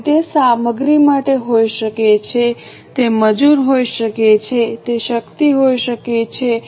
તેથી તે સામગ્રી માટે હોઈ શકે છે તે મજૂર હોઈ શકે છે તે શક્તિ માટે હોઈ શકે છે